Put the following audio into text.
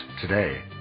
today